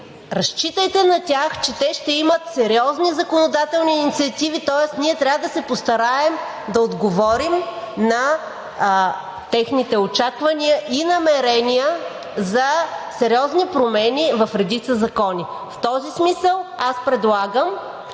разчитайте на тях, че те ще имат сериозни законодателни инициативи, тоест ние трябва да се постараем да отговорим на техните очаквания и намерения за сериозни промени в редица закони. В този смисъл аз предлагам